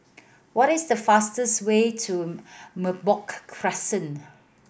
what is the fastest way to Merbok Crescent